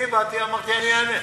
אני באתי, אמרתי: אני אענה.